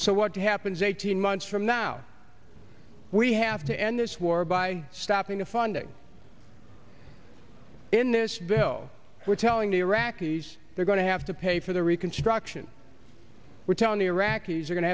so what happens eighteen months from now we have to end this war by stopping the funding in this bill we're telling the iraqis they're going to have to pay for the reconstruction we're telling the iraqis are go